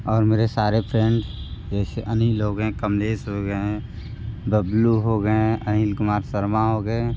और मेरे सारे फ्रेंड जैसे अनिल हो गए कमलेश हो गए बबलू हो गए अनिल कुमार शर्मा हो गए